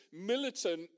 militant